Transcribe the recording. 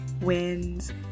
wins